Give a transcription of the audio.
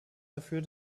dafür